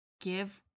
give